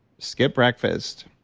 skip breakfast,